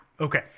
Okay